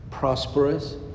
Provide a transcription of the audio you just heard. prosperous